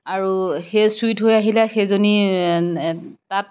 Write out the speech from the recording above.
আৰু সেই চুই থৈ আহিলে সেইজনী তাত